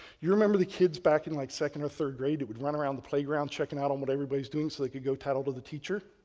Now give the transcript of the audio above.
you remember the kids back in like second or third grade that would run around the playground checking out um what everybody else is doing so they could go tattle to the teacher.